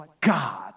God